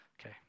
Okay